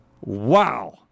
Wow